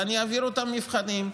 ואני אעביר אותם מבחנים,